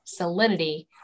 salinity